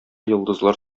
йолдызлар